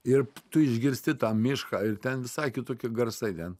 ir tu išgirsti tą mišką ir ten visai kitoki garsai ten